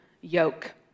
yoke